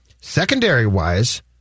Secondary-wise